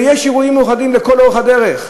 ויש אירועים מיוחדים לכל אורך הדרך,